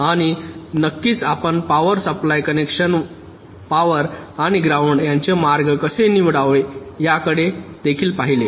आणि नक्कीच आपण पॉवर सप्लाय कनेक्शन पॉवर आणि ग्राउंड यांचे मार्गे कसे निवडावे याकडे देखील पाहिले